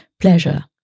pleasure